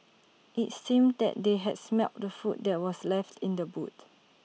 IT seemed that they had smelt the food that were left in the boot